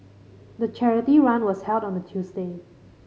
the charity run was held on a Tuesday